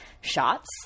shots